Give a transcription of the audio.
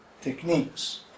techniques